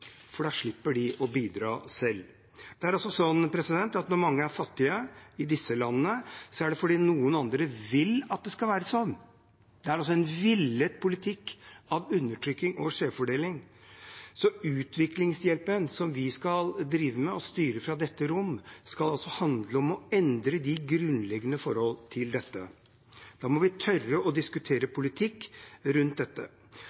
for da slipper de å bidra selv. Når mange er fattige i disse landene, er det fordi noen andre vil at det skal være slik. Det er altså en villet politikk av undertrykking og skjevfordeling. Så utviklingshjelpen som vi skal drive med og styre fra dette rommet, skal handle om å endre de grunnleggende forholdene som er årsaken til dette. Da må vi tørre å diskutere politikk rundt dette.